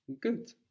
Good